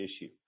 issue